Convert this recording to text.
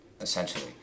essentially